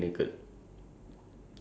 quite late at night also